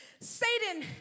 Satan